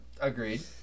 Agreed